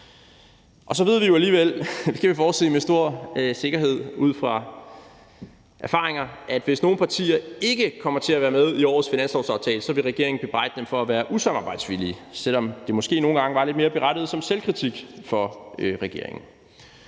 ud fra erfaringer – at hvis nogle partier ikke kommer til at være med i årets finanslovsaftale, vil regeringen bebrejde dem for at være usamarbejdsvillige, selv om det måske nogle gange var lidt mere berettiget som selvkritik for regeringen.